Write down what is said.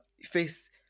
face